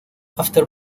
after